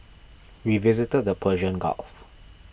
we visited the Persian Gulf